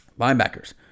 Linebackers